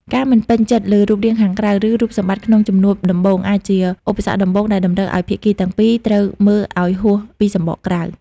ការមិនពេញចិត្តលើរូបរាងខាងក្រៅ ឬរូបសម្បត្តិក្នុងជំនួបដំបូង អាចជាឧបសគ្គដំបូងដែលតម្រូវឱ្យភាគីទាំងពីរត្រូវមើលឱ្យហួសពីសំបកក្រៅ។